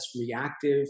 reactive